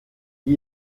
wie